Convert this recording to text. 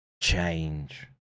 change